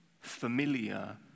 familiar